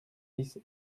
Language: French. dix